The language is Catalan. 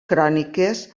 cròniques